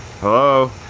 Hello